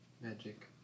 magic